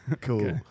Cool